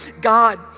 God